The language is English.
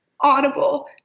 audible